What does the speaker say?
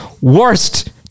worst